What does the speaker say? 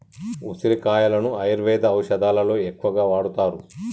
ఉసిరికాయలను ఆయుర్వేద ఔషదాలలో ఎక్కువగా వాడుతారు